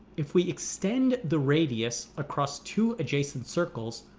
if, we extend the radius across two adjacent circles,